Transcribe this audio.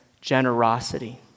generosity